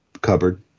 cupboard